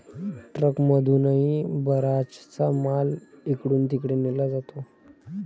ट्रकमधूनही बराचसा माल इकडून तिकडे नेला जातो